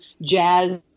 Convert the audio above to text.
jazz